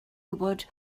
gwybod